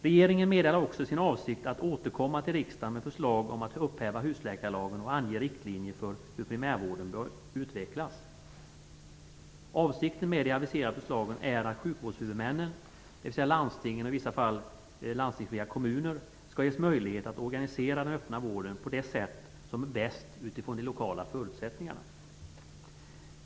Regeringen meddelar också sin avsikt att återkomma till riksdagen med förslag om att upphäva husläkarlagen och ange riktlinjer för hur primärvården bör utvecklas. Avsikten med de aviserade förslagen är att sjukvårdshuvudmännen, dvs. landstingen eller i vissa fall landstingsfria kommuner, skall ges möjlighet att organisera den öppna vården på det sätt som är bäst utifrån de lokala förutsättningarna.